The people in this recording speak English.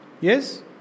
Yes